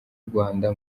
rwanda